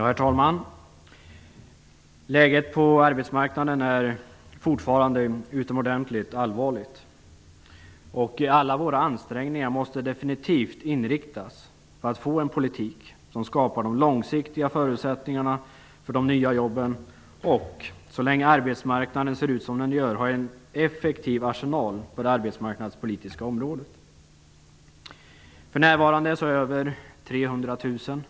Herr talman! Läget på arbetsmarknaden är fortfarande utomordentligt allvarligt. Alla våra ansträngningar måste definitivt inriktas på att få en politik som skapar de långsiktiga förutsättningarna för de nya jobben och, så länge arbetsmarknaden ser ut som den gör, ha en effektiv arsenal på det arbetsmarknadspolitiska området. För närvarande är över 300 000 människor